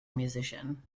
musician